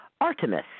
Artemis